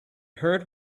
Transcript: heard